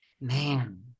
Man